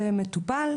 למטופל,